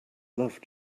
love